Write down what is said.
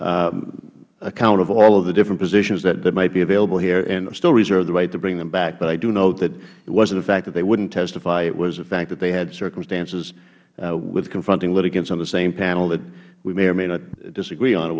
full account of all of the different positions that might be available here and still reserve the right to bring them back but i do note that it wasn't the fact that they wouldn't testify it was the fact that they had circumstances with confronting litigants on the same panel that we may or may not disagree on